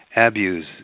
abuse